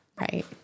Right